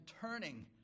turning